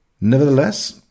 Nevertheless